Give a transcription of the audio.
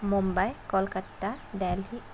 Mumbai Kolkata Delhi